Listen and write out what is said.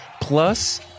plus